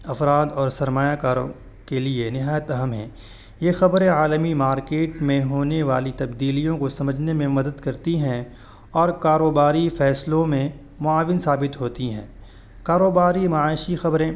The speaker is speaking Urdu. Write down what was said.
افراد اور سرمایہ کاروں کے لیے نہایت اہم ہیں یہ خبریں عالمی مارکیٹ میں ہونے والی تبدیلیوں کو سمجھنے میں مدد کرتی ہیں اور کاروباری فیصلوں میں معاون ثابت ہوتی ہیں کاروباری معاشی خبریں